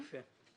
יפה.